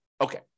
Okay